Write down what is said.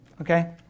Okay